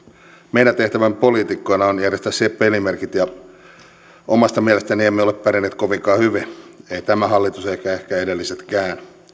meidän tehtävämme poliitikkoina on järjestää siihen pelimerkit ja omasta mielestäni emme ole pärjänneet kovinkaan hyvin ei tämä hallitus eivätkä ehkä edellisetkään